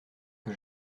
que